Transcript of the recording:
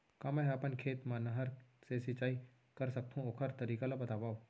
का मै ह अपन खेत मा नहर से सिंचाई कर सकथो, ओखर तरीका ला बतावव?